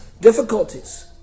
difficulties